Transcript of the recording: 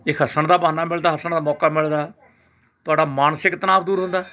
ਇਹ ਹੱਸਣ ਦਾ ਬਹਾਨਾ ਮਿਲਦਾ ਹੱਸਣ ਦਾ ਮੌਕਾ ਮਿਲਦਾ ਤੁਹਾਡਾ ਮਾਨਸਿਕ ਤਣਾਅ ਦੂਰ ਹੁੰਦਾ